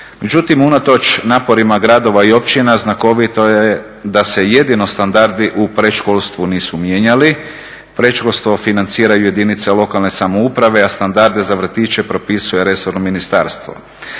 Međutim, unatoč naporima gradova i općina znakovito je da se jedino standardi u predškolstvu nisu mijenjali, predškolstvo financiraju jedinice lokalne samouprave, a standarde za vrtiće propisuje resorno ministarstvo.